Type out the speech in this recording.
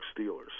Steelers